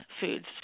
foods